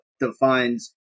defines